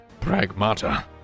Pragmata